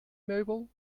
meubel